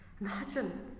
Imagine